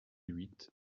huit